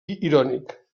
irònic